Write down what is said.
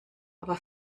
aber